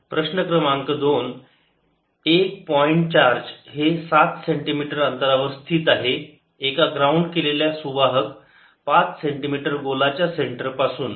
प्रश्न क्रमांक 2 एक पॉईंट चार्ज हे 7 सेंटीमीटर अंतरावर स्थित आहे एका ग्राउंड केलेल्या सुवाहक पाच सेंटीमीटर गोलाच्या सेंटर पासून